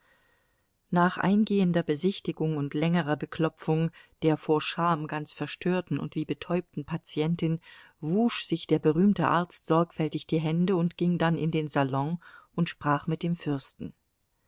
nach eingehender besichtigung und längerer beklopfung der vor scham ganz verstörten und wie betäubten patientin wusch sich der berühmte arzt sorgfältig die hände und ging dann in den salon und sprach mit dem fürsten